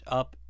up